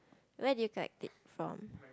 where did you collect it from